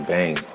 Bang